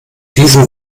diesem